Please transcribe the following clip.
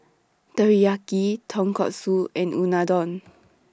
Teriyaki Tonkatsu and Unadon